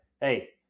hey